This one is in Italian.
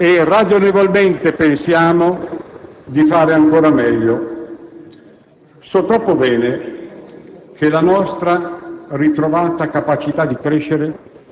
e per quest'anno speriamo e, ragionevolmente, pensiamo di fare ancora meglio. So troppo bene